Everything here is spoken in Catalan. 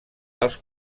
als